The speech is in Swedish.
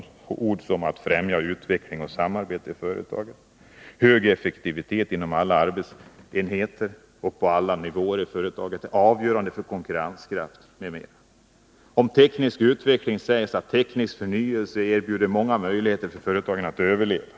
Det heter att man vill ”främja utveckling och samarbete i företaget” , och det framhålls att ”hög effektivitet inom alla arbetsenheter och på alla nivåer i företaget är avgörande för konkurrenskraft etc.”. Beträffande teknisk utveckling sägs att teknisk förnyelse erbjuder många möjligheter för företaget att överleva.